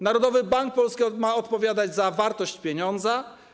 Narodowy Bank Polski ma odpowiadać za wartość pieniądza.